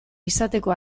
izateko